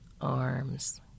arms